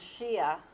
Shia